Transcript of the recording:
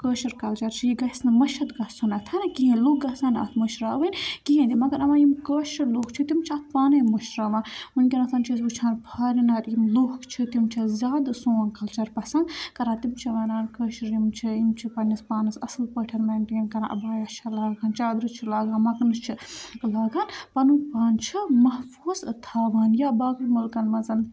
کٲشُر culture چھُ یہِ گَژھہِ نہٕ مٔشِتھ گَژھُم کِہیٖنۍ لوٗکھ گژھَن نہٕ اَتھ مٔشراوٕنۍ کِہیٖنۍ تہِ مگر اَما یِم کٲشِر لوٗکھ چھِ تِم چھِ اَتھ پانَے مٔشراوان وُنکیٚس چھِ أسۍ وُچھان فارِینَر یِم لوٗکھ چھِ تِم چھِ زیادٕ سوٗن کَلچَر پَسَنٛد کَران تِم چھِ وَنان کٲشِر یِم چھِ یِم چھِ پننِس پانَس اصٕل پٲٹھۍ میٚنٹین کَران عبایہ چھِ لاگان چادرٕ چھِ لاگان مَکنہٕ چھِ لاگان پَنُن پان چھِ محفوٗظ تھاوان یا باقٕے مُلکَن منٛز